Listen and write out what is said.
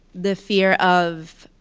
the fear of,